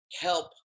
help